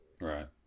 right